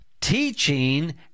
Teaching